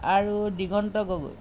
আৰু দিগন্ত গগৈ